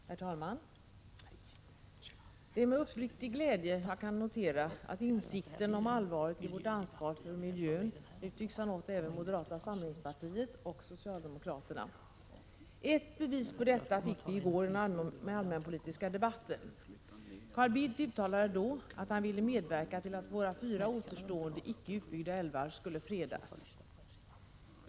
Herr talman! Det är med uppriktig glädje jag kan notera, att insikten om allvaret i vårt ansvar för miljön nu tycks ha nått även moderata samlingspartiet och socialdemokraterna. Ett bevis på detta fick vi i går i den allmänpolitiska debatten. Carl Bildt uttalade då, att han ville medverka till att våra fyra återstående icke utbyggda älvar skulle fredas.